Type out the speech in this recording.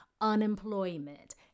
unemployment